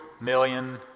million